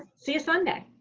see you sunday.